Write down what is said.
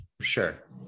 Sure